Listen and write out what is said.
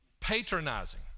Patronizing